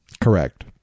Correct